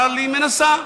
אבל היא מנסה,